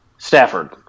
Stafford